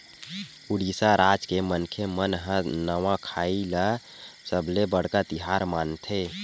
उड़ीसा राज के मनखे मन ह नवाखाई ल सबले बड़का तिहार मानथे